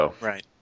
Right